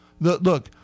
Look